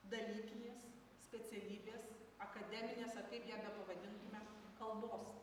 dalykinės specialybės akademinės ar kaip ją bepavadintume kalbos